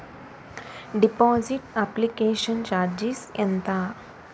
Deposit application charges ఎంత?